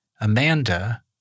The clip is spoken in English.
Amanda